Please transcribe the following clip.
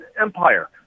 empire